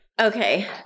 Okay